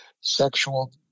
sexual